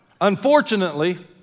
Unfortunately